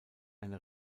eine